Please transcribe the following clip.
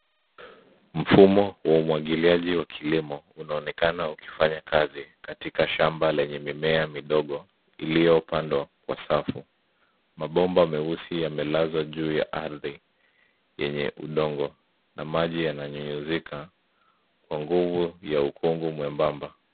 Mfumo wa umwagiliaji wa kilimo maji unaonekana ukifanya kazi katika shamba lenye mimea midogo iliyopandwa kwa safu. Mabomba meusi yamelazwa juu ya ardhi yenye udongo na maji yananyunyuzika kwa nguvu ya ukungu mwembamba.